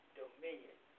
dominion